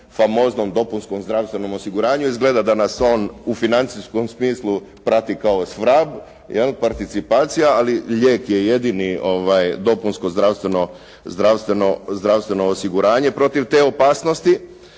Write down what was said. famoznom dopunskom zdravstvenom osiguranju. Izgleda da nas on u financijskom smislu prati kao svrab participacija ali lijek je jedini dopunsko zdravstveno osiguranje protiv te opasnosti.